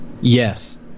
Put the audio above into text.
yes